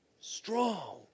strong